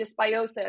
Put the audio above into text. dysbiosis